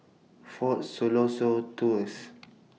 Fort Siloso Tours